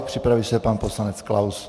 Připraví se pan poslanec Klaus.